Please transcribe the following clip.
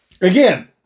again